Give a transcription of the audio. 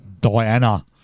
Diana